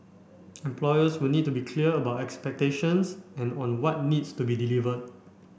employers will need to be clear about expectations and on what needs to be delivered